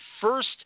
first